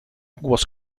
głos